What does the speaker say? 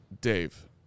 Dave